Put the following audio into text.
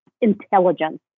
intelligence